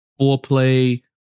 foreplay